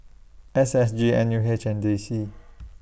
S S G N U H and D C